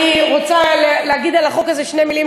אני רוצה להגיד על החוק הזה שתי מילים,